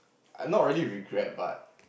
I not really regret but